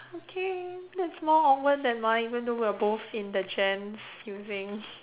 okay that's more awkward than mine even though we are both in the gents using